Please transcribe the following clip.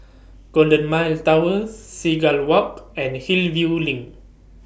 Golden Mile Tower Seagull Walk and Hillview LINK